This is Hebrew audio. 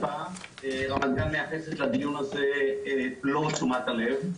רמת גן מייחסת לדיון הזה את מלוא תשומת הלב.